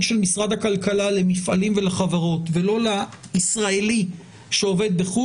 של משרד הכלכלה למפעלים ולחברות ולא לישראלי שעובד בחוץ